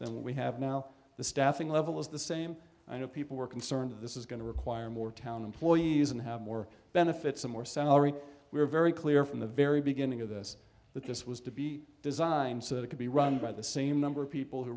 than we have now the staffing level is the same i know people were concerned this is going to require more town employees and have more benefits and more salary we were very clear from the very beginning of this that this was to be designed so that it could be run by the same number of people who